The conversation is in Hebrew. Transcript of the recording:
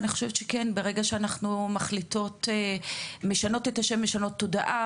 כאשר אנחנו משנות את השם אנחנו משנות תודעה